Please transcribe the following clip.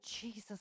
Jesus